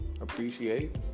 appreciate